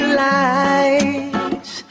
lights